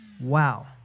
Wow